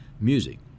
Music